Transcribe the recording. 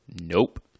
Nope